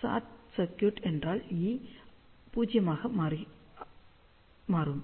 short circuit என்றால் E 0 ஆக இருக்கும்